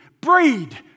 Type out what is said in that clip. Breed